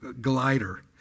glider